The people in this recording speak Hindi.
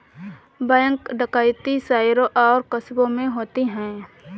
बैंक डकैती शहरों और कस्बों में होती है